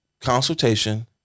consultation